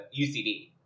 UCB